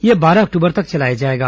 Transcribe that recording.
यह बारह अक्टूबर तक चलाया जाएगा